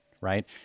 right